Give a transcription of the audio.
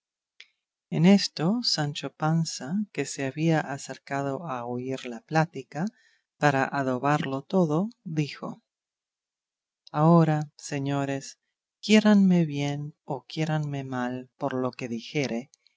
en esto sancho panza que se había acercado a oír la plática para adobarlo todo dijo ahora señores quiéranme bien o quiéranme mal por lo que dijere